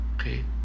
Okay